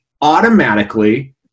automatically